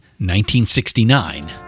1969